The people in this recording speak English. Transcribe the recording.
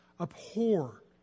abhor